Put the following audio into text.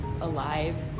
alive